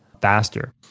faster